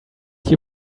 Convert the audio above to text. you